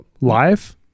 Live